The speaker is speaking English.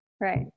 Right